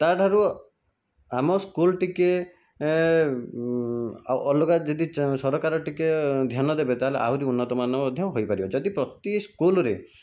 ତାଠାରୁ ଆମ ସ୍କୁଲ ଟିକିଏ ଅଲଗା ଯଦି ସରକାର ଟିକିଏ ଧ୍ୟାନ ଦେବେ ତାହେଲେ ଆହୁରି ଉନ୍ନତମାନ ମଧ୍ୟ ହୋଇପାରିବ ଯଦି ପ୍ରତି ସ୍କୁଲ ରେ